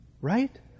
Right